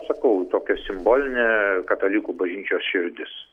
sakau tokia simbolinė katalikų bažnyčios širdis